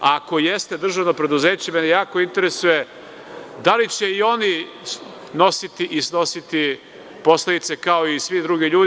Ako jeste državno preduzeće, mene jako interesuje, da li će i oni nositi i snositi posledice kao i svi drugi ljudi?